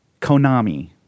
Konami